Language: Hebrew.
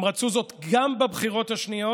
הם רצו זאת גם בבחירות השניות,